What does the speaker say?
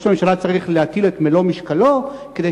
ראש הממשלה צריך להטיל את מלוא משקלו כדי